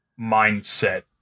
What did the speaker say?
mindset